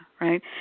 right